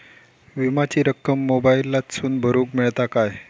विमाची रक्कम मोबाईलातसून भरुक मेळता काय?